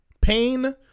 pain